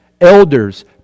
elders